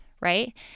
right